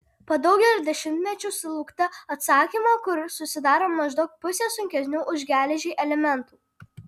po daugelio dešimtmečių sulaukta atsakymo kur susidaro maždaug pusė sunkesnių už geležį elementų